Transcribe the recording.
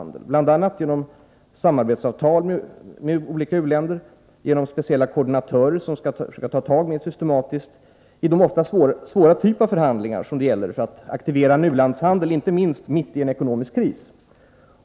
Detta kan ske bl.a. genom samarbetsavtal med olika u-länder, genom speciella koordinatörer, som skall försöka ta tag mer systematiskt i de ofta besvärliga förhandligar som behövs för att aktivera en u-landshandel — inte minst mitt i en ekonomisk kris.